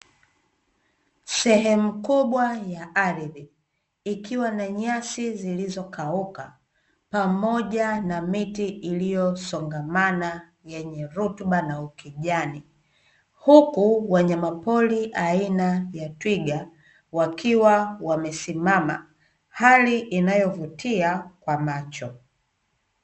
Sehemu kubwa ya ardhi ikiwa na nyasi zilizokauka, pamoja na miti iliyosongamana yenye rutuba na ukijani. Huku wanyamapori aina ya twiga wakiwa wamesimama, hali inayovutia kwa macho.